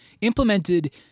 implemented